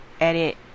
edit